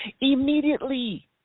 immediately